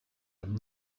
him